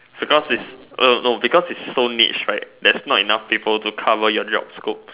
because it's uh no because it is so niche right there's not enough people to cover your job scope